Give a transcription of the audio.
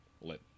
let